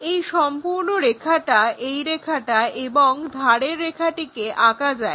এই সম্পূর্ণ রেখাটা এই রেখাটা এবং ধারের রেখাটিকে আঁকা যায়